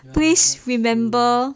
please remember